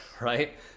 right